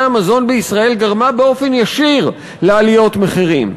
המזון בישראל גרמה באופן ישיר לעליות מחירים.